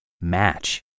match